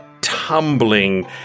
tumbling